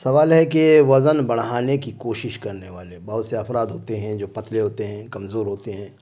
سوال ہے کہ وزن بڑھانے کی کوشش کرنے والے بہت سے افراد ہوتے ہیں جو پتلے ہوتے ہیں کمزور ہوتے ہیں